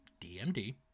DMD